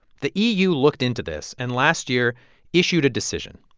the eu looked into this and last year issued a decision.